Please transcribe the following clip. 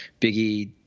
Biggie